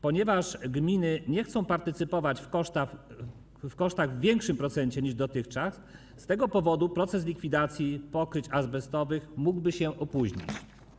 Ponieważ gminy nie chcą partycypować w kosztach w większym procencie niż dotychczas, z tego powodu proces likwidacji pokryć azbestowych mógłby się opóźnić.